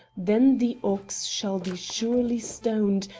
then the ox shall be surely stoned,